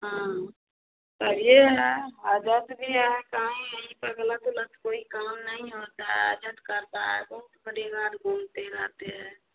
हाँ और यह है काम उम स गलत उलत कोई काम नहीं होता है करता है बहुत घूमते रहते है